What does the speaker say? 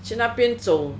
去那边走